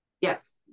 Yes